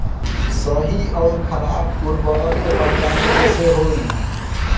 सही अउर खराब उर्बरक के पहचान कैसे होई?